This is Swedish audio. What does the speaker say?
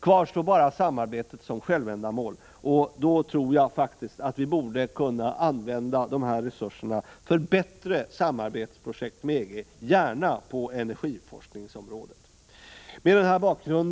Kvar står bara samarbetet som självändamål, och då tror jag faktiskt att vi borde kunna använda resurserna för bättre projekt när det gäller samarbete med EG, gärna på energiforskningsområdet. Herr talman!